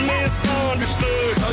Misunderstood